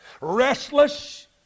restless